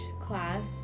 class